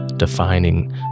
Defining